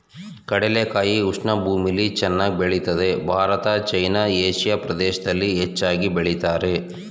ಕಡಲೆಕಾಯಿ ಉಷ್ಣ ಭೂಮಿಲಿ ಚೆನ್ನಾಗ್ ಬೆಳಿತದೆ ಭಾರತ ಚೈನಾ ಏಷಿಯಾ ಪ್ರದೇಶ್ದಲ್ಲಿ ಹೆಚ್ಚಾಗ್ ಬೆಳಿತಾರೆ